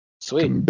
Sweet